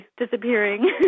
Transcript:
disappearing